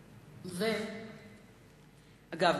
אגב,